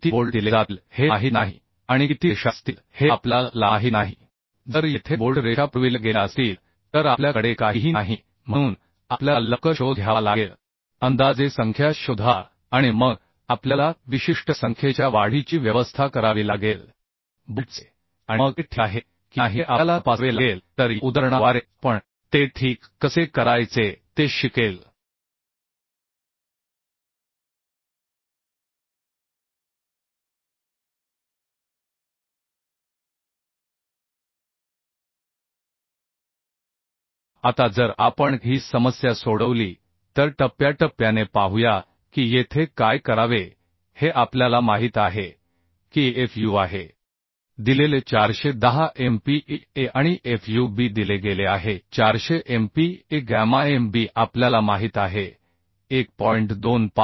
येथे किती बोल्ट दिले जातील हे माहित नाही आणि किती रेषा असतील हे आपल्याला ला माहित नाही जर येथे बोल्ट रेषा पुरविल्या गेल्या असतील तर आपल्या कडे काहीही नाही म्हणून आपल्याला लवकर शोध घ्यावा लागेल अंदाजे संख्या शोधा आणि मग आपल्याला विशिष्ट संख्येच्या वाढीची व्यवस्था करावी लागेल बोल्टचे आणि मग ते ठीक आहे की नाही हे आपल्याला तपासावे लागेल तर या उदाहरणाद्वारे आपण ते ठीक कसे करायचे ते शिकेल आता जर आपण ही समस्या सोडवली तर टप्प्याटप्प्याने पाहूया की येथे काय करावे हे आपल्याला माहित आहे की fu आहे दिलेले 410Mpa आणि fub दिले गेले आहे 400 Mpa गॅमाMb आपल्याला माहित आहे 1